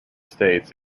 states